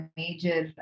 major